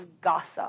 gossip